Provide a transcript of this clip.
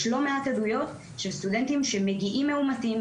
יש לא מעט עדויות של סטודנטים שמגיעים מאומתים,